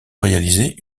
réaliser